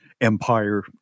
empire